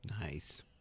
nice